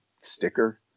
sticker